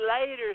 later